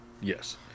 Yes